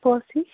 کۄس ہِش